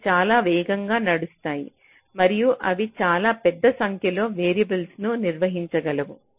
అవి చాలా వేగంగా నడుస్తాయి మరియు అవి చాలా పెద్ద సంఖ్యలో వేరియబుల్స్ ను నిర్వహించగలవు